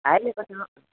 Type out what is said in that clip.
अहिले त त्यो